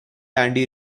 andy